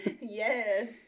yes